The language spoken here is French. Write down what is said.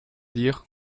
dire